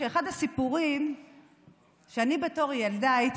שאחד הסיפורים שאני בתור ילדה שמעתי כשהייתי